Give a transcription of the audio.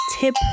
tip